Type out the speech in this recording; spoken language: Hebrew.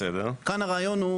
אבל בהצעה הזאת